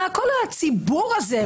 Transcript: כל הציבור הזה,